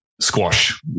squash